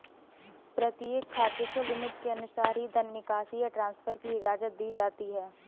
प्रत्येक खाते को लिमिट के अनुसार ही धन निकासी या ट्रांसफर की इजाजत दी जाती है